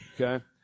okay